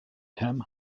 him